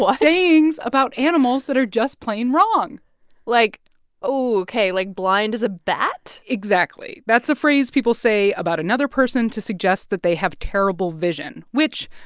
sayings about animals that are just plain wrong like oh, ok, like blind as a bat? exactly. that's a phrase people say about another person to suggest that they have terrible vision, which,